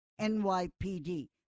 NYPD